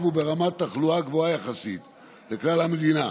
וברמת תחלואה גבוהה יחסית לכלל המדינה,